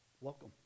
welcome